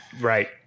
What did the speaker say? Right